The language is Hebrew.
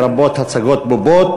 לרבות הצגות בובות,